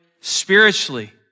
spiritually